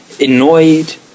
Annoyed